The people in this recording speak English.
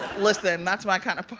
listen. and that's my kind of party